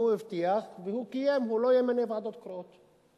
הוא הבטיח והוא קיים, הוא לא ימנה ועדות קרואות.